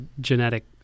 genetic